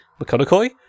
McConaughey